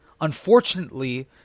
unfortunately